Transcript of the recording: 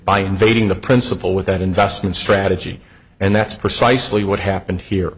by invading the principal with that investment strategy and that's precisely what happened here